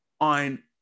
on